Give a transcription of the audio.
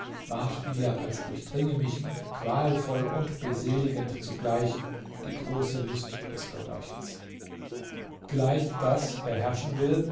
ward mir als durchdringe mich qualvoll und beseligend zugleich die große lust des gehorchens vielleicht daß wer herrschen will